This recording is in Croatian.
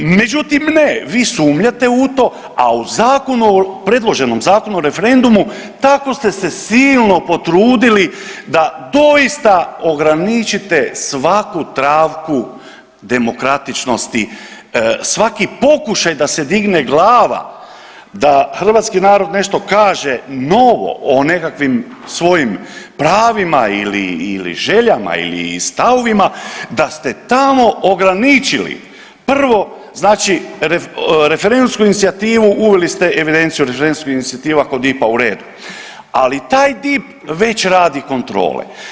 Međutim, ne, vi sumnjate u tom, a u zakonu o, predloženom Zakonu o referendumu, tako ste se silno potrudili da doista ograničite svaku travku demokratičnosti, svaki pokušaj da se digne glava da hrvatski narod nešto kaže novo o nekakvim svojim pravima ili željama ili stavovima da ste tamo ograničili prvo, znači referendumsku inicijativu, uveli ste evidenciju referendumskih inicijativa kod DIP-a u ... ali taj DIP već radi kontrole.